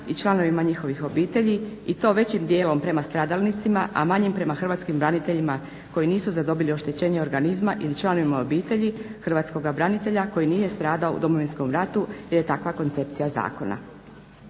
i članovima njihovih obitelji i to većim dijelom prema stradalnicima, a manjim prema hrvatskim braniteljima koji nisu zadobili oštećenje organizma i članovima obitelji hrvatskoga branitelja koji nije stradao u Domovinskom ratu jer je takva koncepcija zakona.